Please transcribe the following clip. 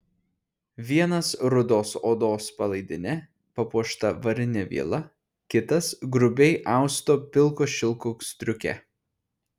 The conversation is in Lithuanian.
vienas rudos odos palaidine papuošta varine viela kitas grubiai austo pilko šilko striuke